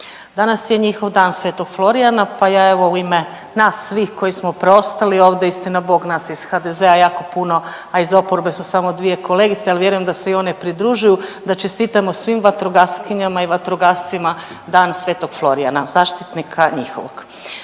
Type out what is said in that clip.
danas je njihov dan Svetog Florijana pa ja evo u ime nas svih koji smo preostali ovdje, istinabog nas iz HDZ-a je jako puno, a iz oporbe su samo dvije kolegice, ali vjerujem da se i one pridružuju da čestitamo svim vatrogastkinjama i vatrogascima Dan Sv. Florijana zaštitnika njihovog.